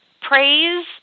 praise